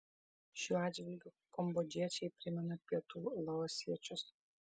šiuo atžvilgiu kambodžiečiai primena pietų laosiečius